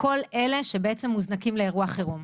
וכל אלה שבעצם מוזנקים לאירוע חירום.